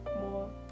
more